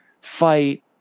fight